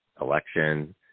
election